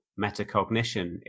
metacognition